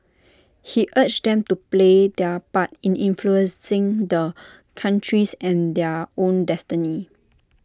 he urged them to play their part in influencing the country's and their own destiny